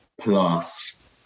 Plus